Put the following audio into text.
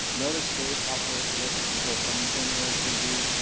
no other state operates a local control funding formula like we do,